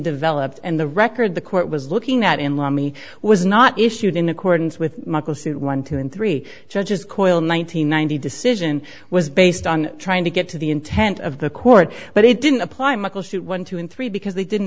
developed and the record the court was looking at in law me was not issued in accordance with michael said one two and three judges coil nine hundred ninety decision was based on trying to get to the intent of the court but it didn't apply muckleshoot one two and three because they didn't